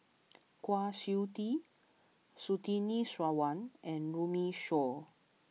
Kwa Siew Tee Surtini Sarwan and Runme Shaw